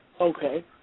Okay